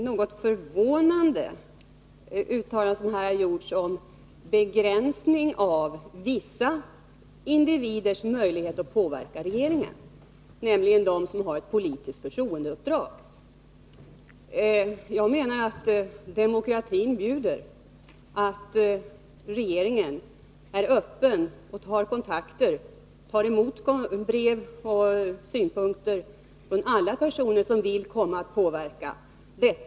Herr talman! Det uttalande som här har gjorts om begränsning av vissa individers möjlighet att påverka regeringen, nämligen de som har ett politiskt förtroerideuppdrag, är något förvånande. Demokratin bjuder att regeringen är öppen för och tar kontakter, tar emot brev och synpunkter från alla personer som vill påverka.